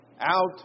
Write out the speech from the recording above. out